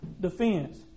defense